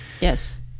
Yes